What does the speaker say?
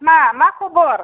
मा खब'र